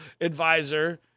advisor